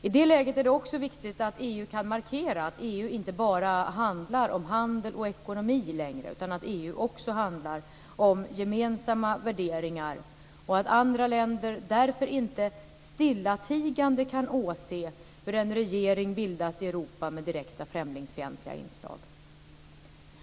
I det läget är det också viktigt att EU kan markera att EU inte bara handlar om handel och ekonomi längre utan att EU också handlar om gemensamma värderingar och att andra länder därför inte stillatigande kan åse hur en regering med direkt främlingsfientliga inslag bildas i Europa.